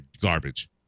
garbage